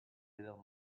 little